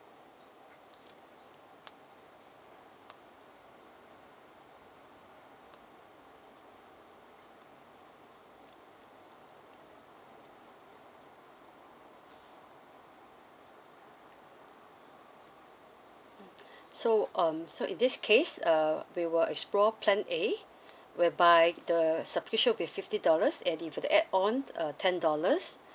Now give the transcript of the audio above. mm so um so in this case uh we were explore plan a whereby the subscription will be fifty dollars and the for the add on uh ten dollars